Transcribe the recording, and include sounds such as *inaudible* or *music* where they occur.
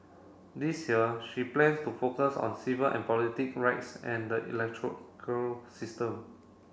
this year she plans to focus on civil and politic rights and the *unintelligible* system